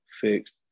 fixed